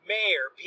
Mayor